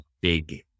big